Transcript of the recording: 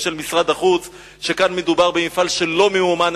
של משרד החוץ הוא שכאן מדובר במפעל שלא ממומן